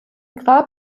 grab